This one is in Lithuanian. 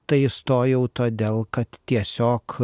tai įstojau todėl kad tiesiog